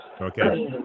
Okay